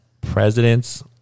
presidents